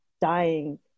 dying